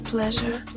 pleasure